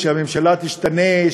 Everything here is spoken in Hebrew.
שהממשלה תשתנה,